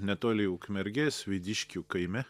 netoli ukmergės vidiškių kaime